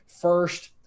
first